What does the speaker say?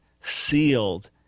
sealed